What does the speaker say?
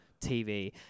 TV